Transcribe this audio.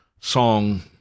song